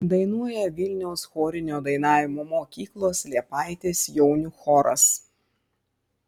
dainuoja vilniaus chorinio dainavimo mokyklos liepaitės jaunių choras